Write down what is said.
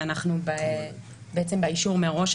כי אנחנו עדיין באישור מראש,